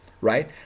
right